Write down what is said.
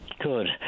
good